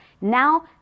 Now